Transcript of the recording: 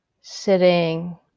sitting